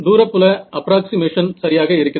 தூர புல அப்ராக்சிமேஷன் சரியாக இருக்கிறது